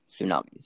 tsunamis